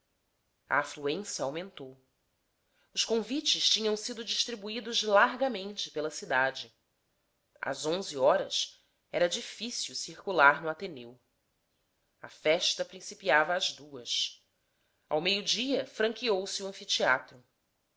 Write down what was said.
a afluência aumentou os convites tinham sido distribuídos largamente pela cidade às onze horas era difícil circular no ateneu a festa principiava às duas ao meio-dia franqueou se o anfiteatro